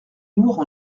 lourd